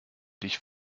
dich